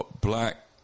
black